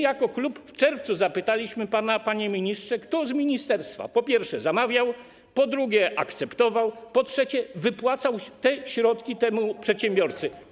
Jako klub w czerwcu zapytaliśmy pana, panie ministrze, kto z ministerstwa, po pierwsze, to zamawiał, po drugie, to akceptował, a po trzecie, wypłacał środki temu przedsiębiorcy.